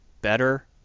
better